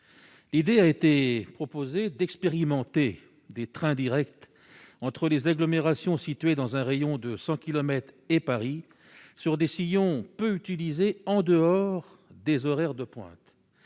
L'idée a été proposé d'expérimenter des trains Directs entre les agglomérations situées dans un rayon de 100 kilomètres et Paris sur décision peu utilisé en dehors des horaires de pointe,